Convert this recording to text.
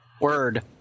Word